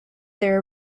their